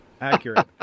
Accurate